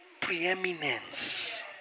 preeminence